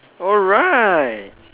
oh right